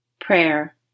Prayer